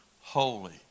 holy